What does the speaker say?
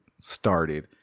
started